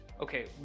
okay